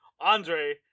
Andre